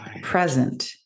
present